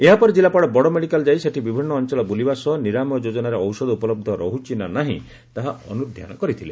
ଏହା ପରେ ଜିଲ୍ଲାପାଳ ବଡ଼ ମେଡିକାଲ୍ ଯାଇ ସେଠି ବିଭିନ୍ନ ଅଞ୍ଚଳ ବୁଲିବା ସହ ନିରାମୟ ଯୋଜନାରେ ଔଷଧ ଉପଲହ୍ବ ରହୁଛି ନା ନାହିଁ ତାହା ଅନୁଧ୍ଯାନ କରିଥିଲେ